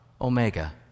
omega